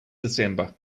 december